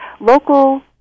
local